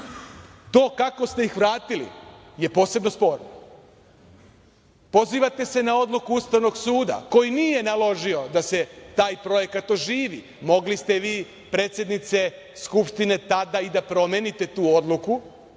to kako ste ih vratili, je posebno sporno. Pozivate se na odluku Ustavnog suda koji nije naložio da se taj projekat oživi. Mogli ste vi predsednice Skupštine tada i da promenite tu odluku